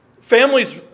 families